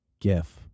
Gif